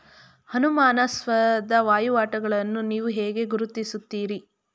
ಅನುಮಾನಾಸ್ಪದ ವಹಿವಾಟುಗಳನ್ನು ನೀವು ಹೇಗೆ ಗುರುತಿಸುತ್ತೀರಿ?